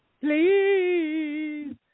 Please